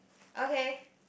okay